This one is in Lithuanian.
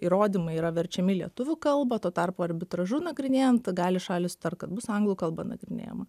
įrodymai yra verčiami į lietuvių kalbą tuo tarpu arbitražu nagrinėjant gali šalys sutart kad bus anglų kalba nagrinėjama